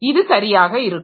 இது சரியாக இருக்கும்